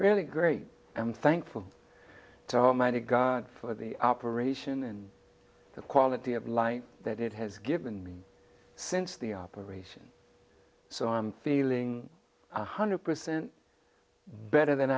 really great i'm thankful to all men to god for the operation and the quality of life that it has given me since the operation so i'm feeling one hundred percent better than